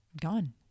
gone